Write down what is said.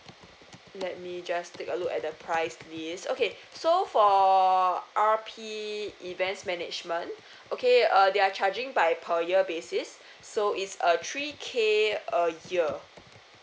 let me just take a look at the price this okay so for R_P events management okay uh they're charging by per year basis so it's err three K a year